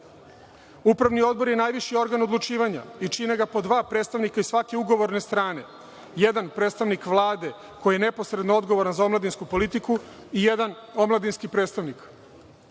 grupa. Upravni odbor je najviši organ odlučivanja i čini ga po dva predstavnika iz svake ugovorne strane. Jedan predstavnik Vlade, koji je neposredno odgovoran za omladinsku politiku i jedan omladinski predstavnik. Postoje